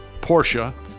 Porsche